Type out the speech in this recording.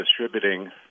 distributing